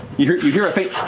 you hear you hear a faint